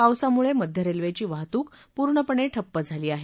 पावसामुळे मध्य रेल्वेची वाहतूक पूर्णपणे ठप्प झाली आहे